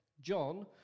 John